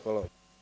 Hvala.